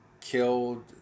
killed